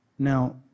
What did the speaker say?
Now